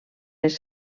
les